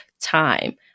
time